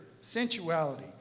sensuality